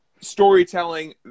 storytelling